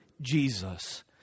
Jesus